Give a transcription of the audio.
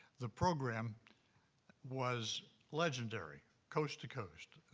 the program was legendary, coast to coast.